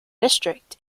district